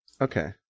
Okay